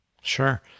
Sure